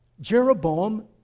Jeroboam